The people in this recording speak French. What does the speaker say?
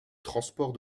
transport